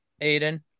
Aiden